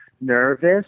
nervous